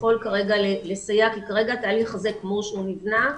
יכול כרגע לסייע כי כרגע התהליך הזה כמו שהוא נבנה,